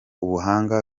ubuhanga